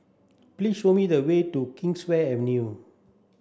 please show me the way to Kingswear Avenue